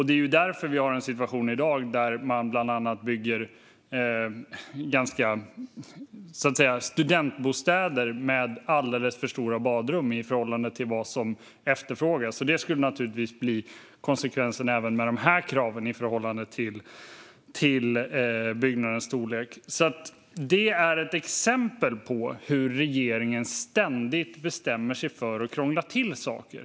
Därför har vi i dag en situation som bland annat innebär att det byggs studentbostäder med alldeles för stora badrum i förhållande till vad som efterfrågas. Det skulle naturligtvis bli konsekvensen av även de här kraven, i förhållande till byggnadens storlek. Det här är ett exempel på att regeringen ständigt bestämmer sig för att krångla till saker.